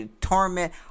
torment